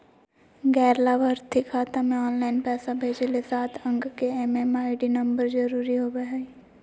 गैर लाभार्थी खाता मे ऑनलाइन पैसा भेजे ले सात अंक के एम.एम.आई.डी नम्बर जरूरी होबय हय